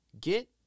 get